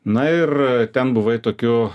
na ir ten buvai tokiu